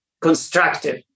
constructive